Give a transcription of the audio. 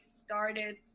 started